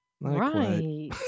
Right